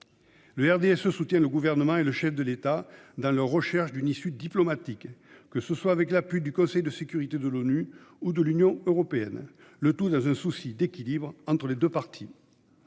Le RDSE soutient le Gouvernement et le chef de l'État dans leur recherche d'une issue diplomatique, que ce soit avec l'appui du Conseil de sécurité de l'ONU ou de l'Union européenne, le tout dans un souci d'équilibre entre les deux parties.